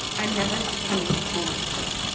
i'm never coming home again.